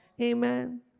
Amen